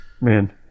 Man